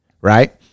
right